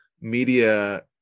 media